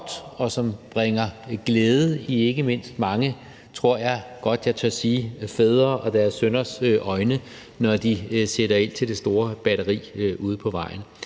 og bringer glæde i ikke mindst mange, tror jeg godt jeg tør sige, fædre og deres sønners øjne, når de sætter ild til det store batteri ude på vejen.